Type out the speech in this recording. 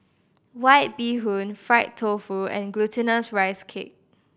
White Bee Hoon fried tofu and Glutinous Rice Cake